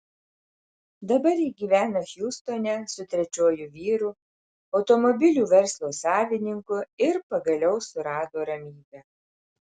dabar ji gyvena hjustone su trečiuoju vyru automobilių verslo savininku ir pagaliau surado ramybę